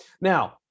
Now